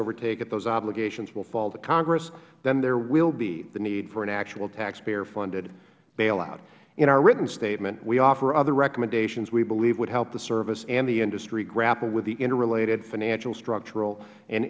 overtake it those obligations will fall to congress then there will be the need for an actual taxpayer funded bailout in our written statement we offer other recommendations we believe would help the service and the industry grapple with the interrelated financial structural and